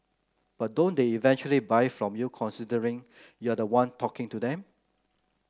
but don't they eventually buy from you considering you're the one talking to them